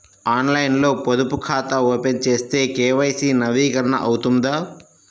ఆన్లైన్లో పొదుపు ఖాతా ఓపెన్ చేస్తే కే.వై.సి నవీకరణ అవుతుందా?